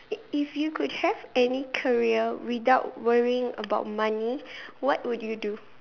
if if you could have any career without worrying about money what would you do